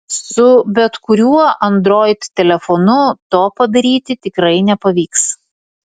su bet kuriuo android telefonu to padaryti tikrai nepavyks